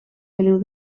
feliu